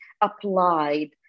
applied